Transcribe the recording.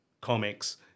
comics